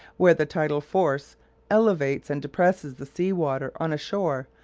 where the tidal force elevates and depresses the sea-water on a shore,